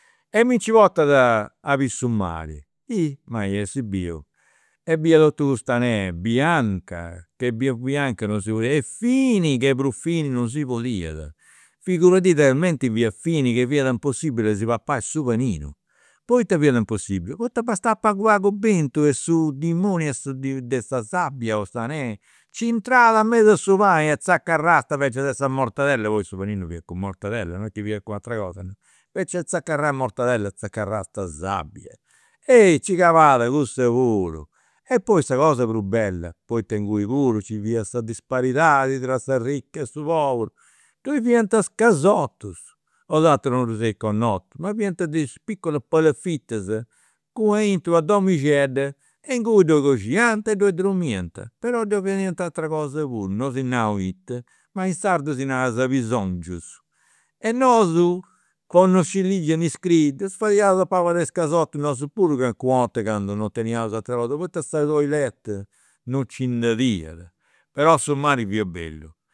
E mi nci portat a biri su mari. Mai essi biu, e bidia totu custa arena bianca che prus bianca non si podit e fini che prus fini non si podiat. Figuradidda chi talmenti fiat fini che fiat impossibili a si papai su paninu, poita fiat impossibili, poita bastat pagu pagu bentu e su dimoniu de sa sabbia o s'arena, nci intrat in mesu a su pani e tzacarrast invece de sa mortadella, poi su paninu fiat cun mortadella, non est chi fiat cun ateras cosas. Invecias de tzacarrai mortadella tzacarrast sabbia. Eh nci calat cussa puru. E poi sa cosa prus bella, poita inguni puru nci fiat sa disparidadi tra s'arricu e su poburu, fiant is casotus. 'Osatrus non ddus eis connotus, ma fiant de piccola palafittas, cun una domixedda, e inguni ddoi coxinant, ddoi dromiant, però ddoi fadiant ateras cosas puru, non si nau ita, ma in sardu si narat s'abisongius. E nosu po non nì ligi nì scriri ddus fadiaus a palas de i' casotus nosu puru calincuna 'orta candu non teniaus ateras cosas poita sa toilette non nci nd'aiat. Però su mari fia bellu